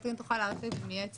קתרין תוכל להרחיב אם יהיה צורך.